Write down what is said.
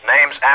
Name's